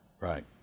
Right